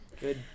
Good